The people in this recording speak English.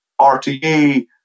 RTE